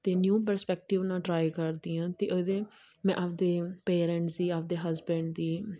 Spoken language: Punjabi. ਅਤੇ ਨਿਊ ਪਰਸਪੈਕਟਿਵ ਨਾਲ ਟਰਾਈ ਕਰਦੀ ਹਾਂ ਅਤੇ ਇਹਦੇ ਮੈਂ ਆਪਣੇ ਪੇਰੈਂਟਸ ਦੀ ਆਪਣੇ ਹਸਬੈਂਡ ਦੀ